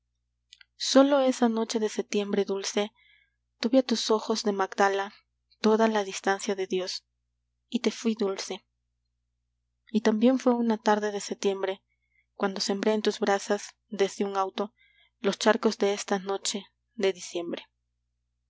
sólo esa noche de setiembre dulce tuve a tus ojos de magdala toda la distancia de dios y te fui dulce y también fué una tarde de setiembre cuando sembré en tus brasas desde un auto los charcos de esta no he de diciembre